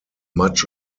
much